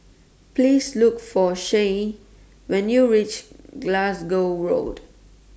Please Look For Shae when YOU REACH Glasgow Road